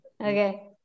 Okay